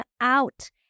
out